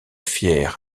fier